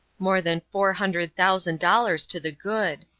more than four hundred thousand dollars to the good.